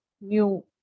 new